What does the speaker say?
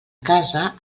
casa